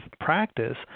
practice